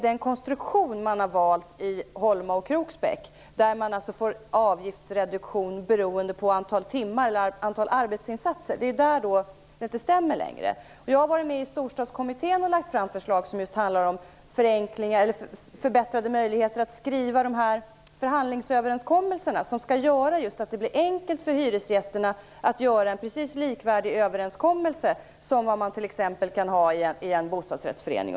Den konstruktion som man har valt i Holma och Kroksbäck innebär att man får avgiftsreduktion beroende på det antal timmar man jobbar eller på arbetsinsatsens storlek. Då stämmer det inte längre. Jag har varit med i Storstadskommittén och lagt fram förslag som just handlar om förbättrade möjligheter att skriva dessa förhandlingsöverenskommelser. De innebär att det skall bli enkelt för hyresgästerna att göra en likvärdig överenskommelse som man t.ex. kan ha i en bostadsrättsförening.